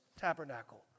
tabernacle